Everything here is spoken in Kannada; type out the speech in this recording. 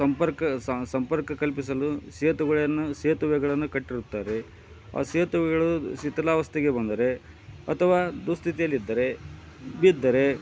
ಸಂಪರ್ಕ ಸಂಪರ್ಕ ಕಲ್ಪಿಸಲು ಸೇತುಗಳನ್ನು ಸೇತುವೆಗಳನ್ನು ಕಟ್ಟಿರುತ್ತಾರೆ ಆ ಸೇತುವೆಗಳು ಶಿಥಿಲಾವಸ್ಥೆಗೆ ಬಂದರೆ ಅಥವಾ ದುಸ್ಥಿತಿಯಲ್ಲಿದ್ದರೆ ಬಿದ್ದರೆ